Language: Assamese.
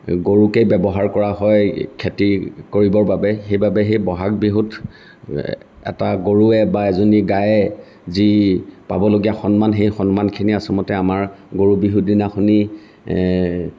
গৰুকে ব্যৱহাৰ কৰা হয় খেতি কৰিবৰ বাবে সেইবাবে ব'হাগ বিহুত এটা গৰুৰে বা এজনী গাই গৰুৱে যি পাবলগীয়া সন্মান সেই সন্মানখিনি আচলতে আমাৰ গৰু বিহুৰ দিনাখন